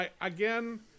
again